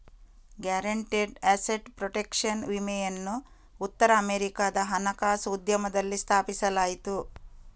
guaranteed asset protection ವಿಮೆಯನ್ನು ಉತ್ತರ ಅಮೆರಿಕಾದ ಹಣಕಾಸು ಉದ್ಯಮದಲ್ಲಿ ಸ್ಥಾಪಿಸಲಾಯಿತು